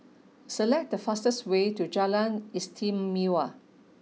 select the fastest way to Jalan Istimewa